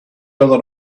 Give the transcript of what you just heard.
other